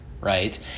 right